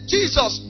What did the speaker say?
Jesus